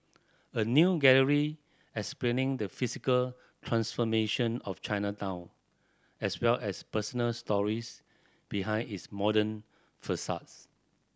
a new gallery explaining the physical transformation of Chinatown as well as personal stories behind its modern facades